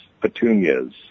petunias